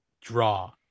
draw